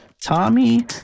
Tommy